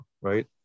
right